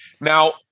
Now